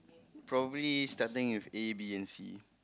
probably starting with A B and C